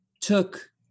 took